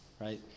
right